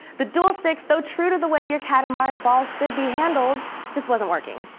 the duel sticks, though true to the way your katamari balls should be handled just wasn't working.